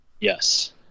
yes